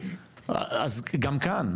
אז גם כאן,